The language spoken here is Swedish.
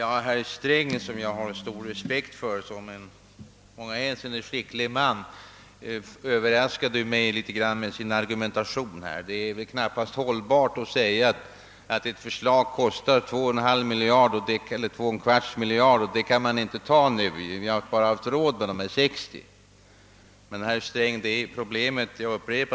Herr Sträng, som jag i många hänseenden har stor respekt för såsom en skicklig man, överraskade mig. Det är knappast en hållbar argumentation, att vårt förslag skulle kosta två och en kvarts miljarder och att man inte kan gå med på det nu; men dessa 60 miljoner har vi haft råd med. Jag upprepar att problemet